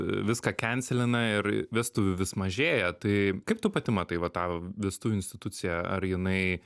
viską kencelina ir vestuvių vis mažėja tai kaip tu pati matai va tą vestuvių instituciją ar jinai